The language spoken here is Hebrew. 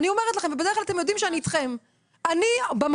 אני אומרת לכם, ובדרך כלל אתם יודעים שאני אתכם.